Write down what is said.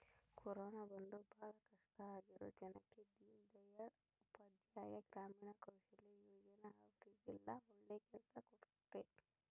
corona ಬಂದು ಭಾಳ ಕಷ್ಟ ಆಗಿರೋ ಜನಕ್ಕ ದೀನ್ ದಯಾಳ್ ಉಪಾಧ್ಯಾಯ ಗ್ರಾಮೀಣ ಕೌಶಲ್ಯ ಯೋಜನಾ ಅವ್ರಿಗೆಲ್ಲ ಒಳ್ಳೆ ಕೆಲ್ಸ ಕೊಡ್ಸುತ್ತೆ